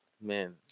Man